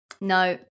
no